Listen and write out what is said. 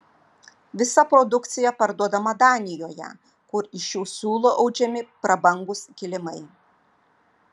visa produkcija parduodama danijoje kur iš šių siūlų audžiami prabangūs kilimai